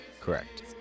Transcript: Correct